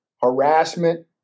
harassment